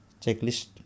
Checklist